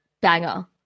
banger